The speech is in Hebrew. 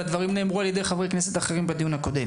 וכמו שאמרו חברי כנסת אחרים בדיון הקודם